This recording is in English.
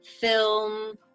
film